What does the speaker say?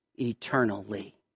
eternally